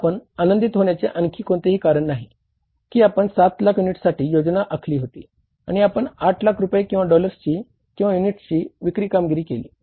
तर आपण आनंदी होण्याचे आणखी कोणतेही कारण नाही की आपण 7 लाख युनिट्ससाठी योजना आखली होती आणि आपण 8 लाख रुपये किंवा डॉलर्सची किंवा युनिट्सच्या विक्रीची कामगिरी केली